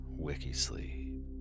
Wikisleep